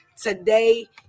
today